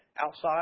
outside